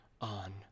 on